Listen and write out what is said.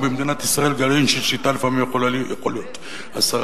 ובמדינת ישראל גרעין של שליטה לפעמים יכול להיות 10%,